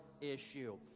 Issue